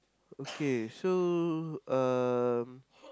okay so um